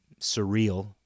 surreal